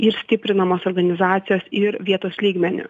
ir stiprinamos organizacijos ir vietos lygmeniu